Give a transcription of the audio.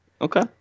Okay